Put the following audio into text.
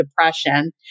depression